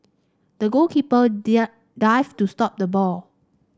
the goalkeeper dived to stop the ball